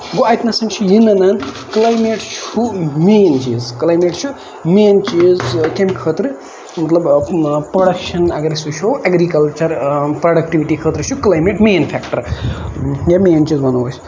گوٚو اَتہِ نسَن چھُ یہِ نَنان کٔلایمیٹ چھُ مین چیٖز کٔلایمیٹ چھُ مین چیٖز کَمہِ خٲطرٕ مطلب پروڈَکشن اَگر أسۍ وٕچھو اٮ۪گرِکلچر پروڈکٹِوٹی خٲطرٕ چھُ کٔلایمیٹ مین فیکٹر یا مین چیٖز وَنو أسۍ